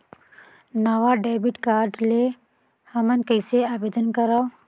नवा debit card ले हमन कइसे आवेदन करंव?